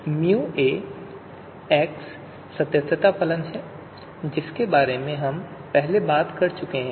तो µA सदस्यता फलन है जिसके बारे में हम पहले ही बात कर चुके हैं